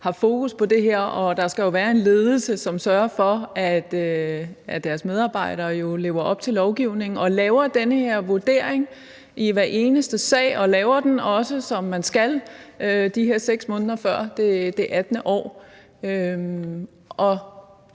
der skal være en ledelse, som sørger for, at deres medarbejdere lever op til lovgivningen og laver den her vurdering i hver eneste sag og også laver den, som man skal, de her 6 måneder før det 18. år.